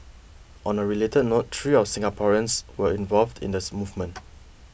on a related note three of Singaporeans were involved in the movement